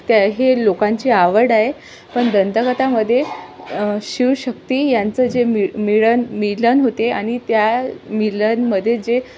त्या हे लोकांची आवड आहे पण दंतकथामध्ये शिवशक्ती यांचं जे मिळ मिळन मिलन होते आणि त्या मिलनमध्ये जे